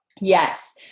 Yes